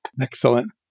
Excellent